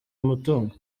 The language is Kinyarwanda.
umutungo